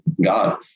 god